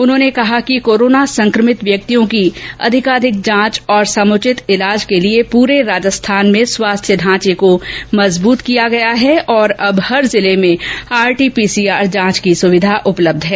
उन्होंने कहा कि कोरोना संक्रमित व्यक्तियों की अधिकाधिक जांच और समुचित इलाज के लिए पूरे राजस्थान में स्वास्थ्य ढांचे को मजबूत किया गया है और अब हर जिले में आरटी पीसीआर जांच की सुविंधा उपलब्ध है